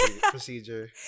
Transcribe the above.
procedure